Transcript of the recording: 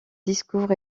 discours